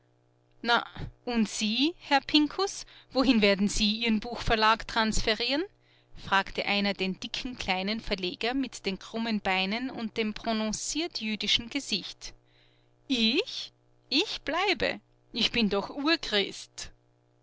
na und sie herr pinkus wohin werden sie ihren buchverlag transferieren fragte einer den dicken kleinen verleger mit den krummen beinen und dem prononciert jüdischen gesicht ich ich bleibe ich bin doch urchrist